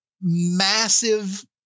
massive